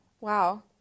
Wow